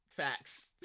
Facts